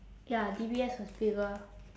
ya D_B_S was bigger